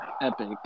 epic